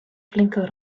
flinke